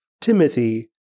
Timothy